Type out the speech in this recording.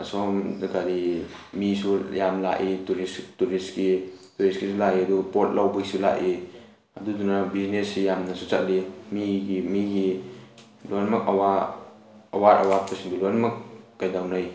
ꯑꯁꯣꯝꯗ ꯀꯔꯤ ꯃꯤꯁꯨ ꯌꯥꯝ ꯂꯥꯛꯏ ꯇꯨꯔꯤꯁ ꯇꯨꯔꯤꯁꯀꯤ ꯇꯨꯔꯤꯁꯀꯤꯁꯨ ꯂꯥꯛꯏ ꯑꯗꯨ ꯄꯣꯠ ꯂꯧꯕꯩꯁꯨ ꯂꯥꯛꯏ ꯑꯗꯨꯗꯨꯅ ꯕꯤꯖꯤꯅꯦꯁꯁꯤ ꯌꯥꯝꯅꯁꯨ ꯆꯠꯂꯤ ꯃꯤꯒꯤ ꯃꯤꯒꯤ ꯂꯣꯏꯅꯃꯛ ꯑꯋꯥꯠ ꯑꯋꯥꯠꯄꯁꯤꯡꯗꯣ ꯂꯣꯏꯅꯃꯛ ꯀꯩꯗꯧꯅꯩ